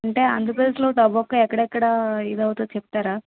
అంటే ఆంధ్రప్రదేశ్లో టొబాకో ఎక్కడెక్కడ ఇదౌతుందో చెప్తారా